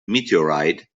meteorite